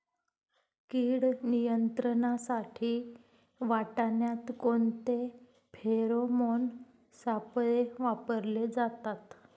कीड नियंत्रणासाठी वाटाण्यात कोणते फेरोमोन सापळे वापरले जातात?